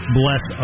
bless